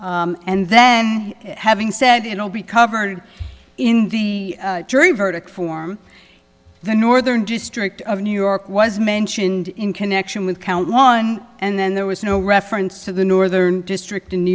denied and then having said it will be covered in the jury verdict form the northern district of new york was mentioned in connection with count one and then there was no reference to the northern district in new